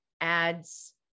ads